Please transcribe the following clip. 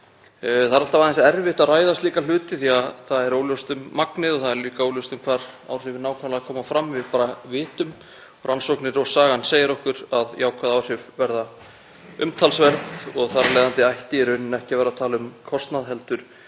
Það er alltaf aðeins erfitt að ræða slíka hluti því að það er óljóst um magnið og það er líka óljóst hvar áhrifin koma nákvæmlega fram. Við bara vitum og rannsóknir og sagan segja okkur að jákvæð áhrif verða umtalsverð og þar af leiðandi ætti í raun ekki að tala um kostnað heldur